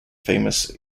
famous